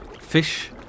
Fish